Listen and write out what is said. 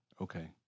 okay